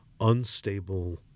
unstable